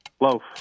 Loaf